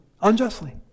unjustly